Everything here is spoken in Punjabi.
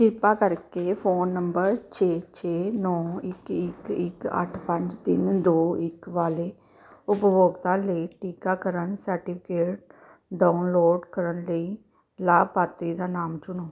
ਕਿਰਪਾ ਕਰਕੇ ਫ਼ੋਨ ਨੰਬਰ ਛੇ ਛੇ ਨੌਂ ਇੱਕ ਇੱਕ ਇੱਕ ਅੱਠ ਪੰਜ ਤਿੰਨ ਦੋ ਇੱਕ ਵਾਲੇ ਉਪਭੋਗਤਾ ਲਈ ਟੀਕਾਕਰਨ ਸਰਟੀਫਿਕੇਟ ਡਾਊਨਲੋਡ ਕਰਨ ਲਈ ਲਾਭਪਾਤਰੀ ਦਾ ਨਾਮ ਚੁਣੋ